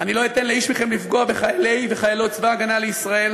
אני לא אתן לאיש מכם לפגוע בחיילי וחיילות צבא הגנה לישראל.